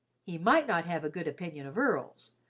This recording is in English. he might not have a good opinion of earls,